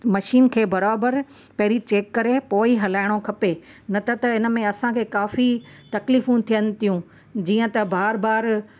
machine खे बराबरि पहिरीं चैक करे पोइ ई हलाइणो खपे न त त हिन में असांखे काफ़ी तकलीफ़ूं थियनि थियूं जीअं त बारबार